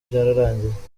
byararangiye